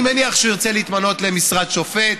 אני מניח שהוא ירצה להתמנות למשרת שופט,